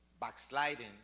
Backsliding